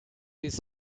these